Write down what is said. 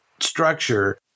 structure